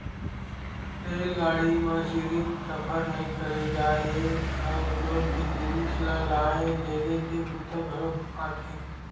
रेलगाड़ी म सिरिफ सफर नइ करे जाए ए ह उद्योग के जिनिस ल लाए लेगे के बूता घलोक आथे